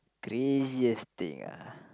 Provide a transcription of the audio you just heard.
craziest thing ah